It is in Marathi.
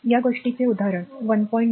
या गोष्टीचे उदाहरण 1